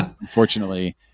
unfortunately